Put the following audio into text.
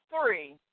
three